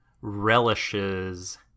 relishes